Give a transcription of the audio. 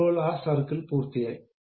ഇപ്പോൾ ആ സർക്കിൾ പൂർത്തിയാക്കി